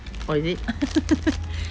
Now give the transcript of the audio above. oh is it